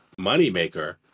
moneymaker